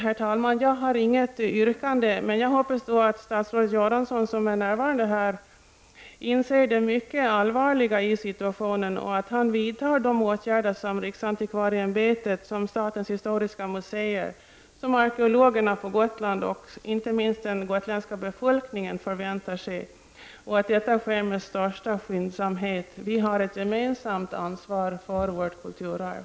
Herr talman! Jag har inget yrkande. Men jag hoppas att statsrådet Göransson, som är närvarande här, inser det mycket allvarliga i situationen och vidtar de åtgärder som riksantikvarieämbetet, statens historiska museer, arkeologerna på Gotland och inte minst den gotländska befolkningen förväntar sig — och att det sker med största skyndsamhet. Vi har ett gemensamt ansvar för vårt kulturarv.